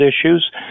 issues